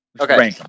Okay